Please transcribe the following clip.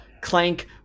Clank